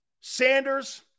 Sanders